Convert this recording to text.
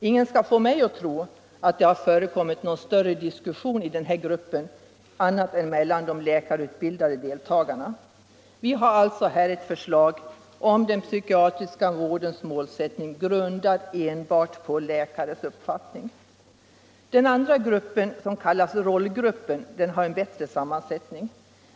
Ingen skall få mig att tro att det har förekommit någon större diskussion i denna grupp annat än mellan de läkarutbildade deltagarna. Alltså har vi här ett förslag om den psykiatriska vårdens målsättning grundat enbart på läkares uppfattning. Den grupp som kallas rollgruppen har bättre sammansättning.